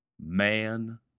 man